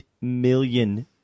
million